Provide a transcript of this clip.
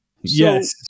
yes